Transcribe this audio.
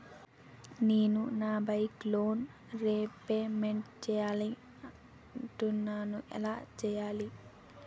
నేను నా bike loan repayment చేయాలనుకుంటున్నా ఎలా చేయాలి?